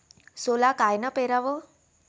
सोला कायनं पेराव?